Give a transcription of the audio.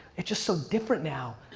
it's just so different now.